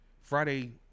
Friday